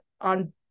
on